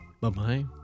Bye-bye